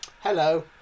Hello